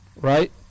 right